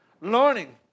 learning